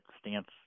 stance